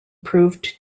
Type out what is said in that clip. proved